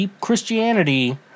Christianity